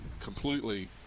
completely